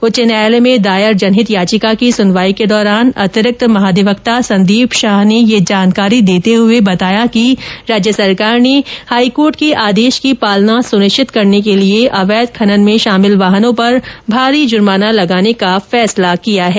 उच्च न्यायालय में दायर जनहित याचिका की सुनवाई के दौरान अतिरिक्त महाधिवक्ता संदीप शाह ने कहा कि राज्य सरकार ने हाईकोर्ट के आदेश की पालना सुनिश्चित करने के लिए अवैध खनन में शामिल वाहनों पर भारी जुर्माना लगाने का फैसला किया है